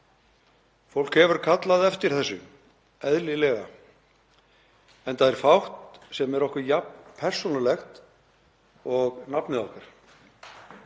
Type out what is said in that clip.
Fólk hefur kallað eftir þessu, eðlilega, enda er fátt sem er okkur jafn persónulegt og nafnið okkar.